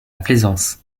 plaisance